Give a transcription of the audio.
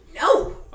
No